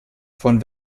von